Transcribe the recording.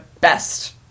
best